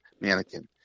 mannequin